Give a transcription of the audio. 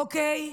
אוקיי,